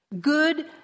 good